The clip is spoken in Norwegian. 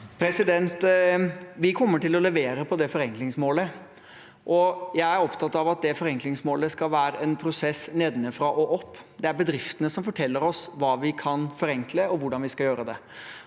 Vi kom- mer til å levere på forenklingsmålet. Jeg er opptatt av at det forenklingsmålet skal være en prosess nedenfra og opp. Det er bedriftene som forteller oss hva vi kan forenkle, og hvordan vi skal gjøre det.